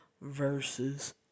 versus